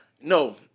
No